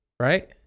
Right